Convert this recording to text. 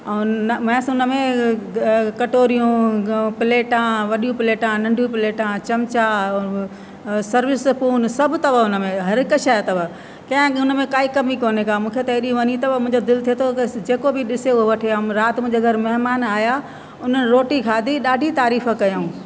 ऐं मैस उन में कटोरियूं प्लेटा वॾियूं प्लेटा नंढियूं प्लेटा चमिचा सर्विस स्पून सभु अथव हुन में हर हिक शइ अथव कंहिं उन में काई कमी कोन्हे का मूंखे त अहिड़ी वणी अथव मुंहिंजो दिलि थिए थो अगरि जेको बि ॾिसे हो वठे राति मुंहिंजे घर महिमान आहियां उन्हनि रोटी खाधी ॾाढी तारीफ़ु कयऊं